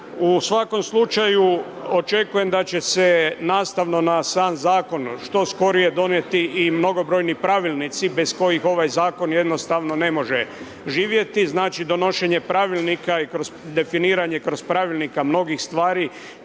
U svakom slučaju, očekujem da će se nastavno na sam zakon, što skorije donijeti i mnogobrojni pravilnici, bez kojih ovaj zakon jednostavno ne može živjeti. Znači donošenje pravilnika i definiranje kroz pravilnika mnogih stvari